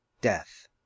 death